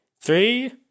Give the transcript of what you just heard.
Three